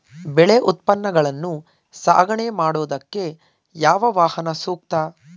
ಬೆಳೆ ಉತ್ಪನ್ನಗಳನ್ನು ಸಾಗಣೆ ಮಾಡೋದಕ್ಕೆ ಯಾವ ವಾಹನ ಸೂಕ್ತ?